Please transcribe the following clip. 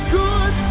good